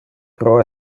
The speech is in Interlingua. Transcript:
pro